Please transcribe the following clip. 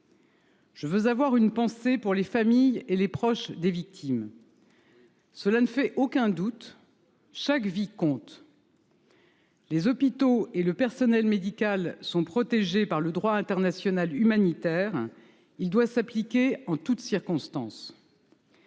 Je veux avoir une pensée pour les familles et les proches des victimes. Cela ne fait aucun doute, chaque vie compte. Les hôpitaux et le personnel médical sont protégés par le droit international humanitaire. Celui ci doit s’appliquer en toutes circonstances.